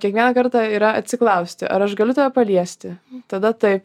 kiekvieną kartą yra atsiklausti ar aš galiu tave paliesti tada taip